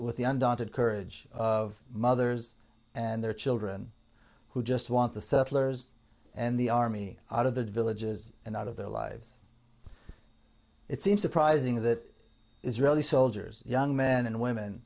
with the undaunted courage of mothers and their children who just want the settlers and the army out of the villages and out of their lives it seems uprising that israeli soldiers young men and women